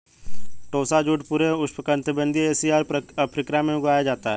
टोसा jute पूरे उष्णकटिबंधीय Asia और अफ्रीका में उगाया जाता है